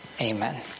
Amen